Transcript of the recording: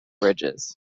bridges